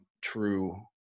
true